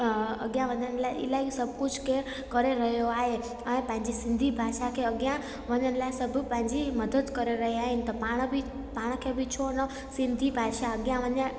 अॻिया वधण लाइ इलाही सभु कुझु केरु रहियो आए ऐं पंहिंजे सिंधी भाषा खे अॻियां वधण लाइ सभु पंहिंजी मदद करे रहिया आहिनि त पाण बि पाण खे बि छो न सिंधी भाषा अॻियां वञे